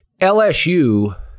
LSU